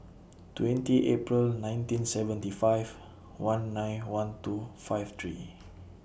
twenty April nineteen seventy five one nine one two five three